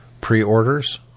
pre-orders